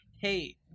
Hey